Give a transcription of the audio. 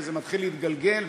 ומתחיל להתגלגל,